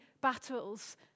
battles